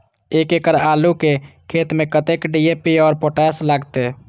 एक एकड़ आलू के खेत में कतेक डी.ए.पी और पोटाश लागते?